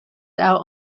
out